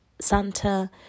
Santa